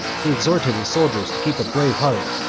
he exhorted his soldiers to keep a brave heart,